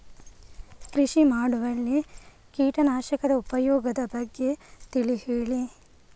ಕೃಷಿ ಮಾಡುವಲ್ಲಿ ಕೀಟನಾಶಕದ ಉಪಯೋಗದ ಬಗ್ಗೆ ತಿಳಿ ಹೇಳಿ